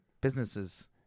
businesses